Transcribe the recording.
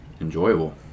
enjoyable